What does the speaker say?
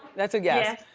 that's a yes.